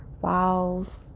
falls